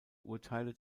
urteile